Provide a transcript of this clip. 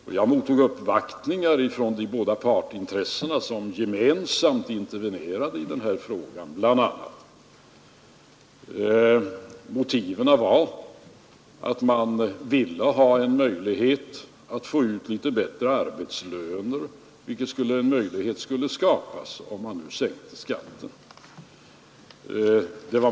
Jag mottog bl.a. uppvaktningar från de båda partsintressena, som gemensamt intervenerade i denna fråga. Motivet för de anställda var att de ville kunna ta ut något bättre arbetslöner, vilket de skulle få möjlighet till om skatten sänktes.